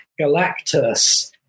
Galactus